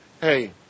hey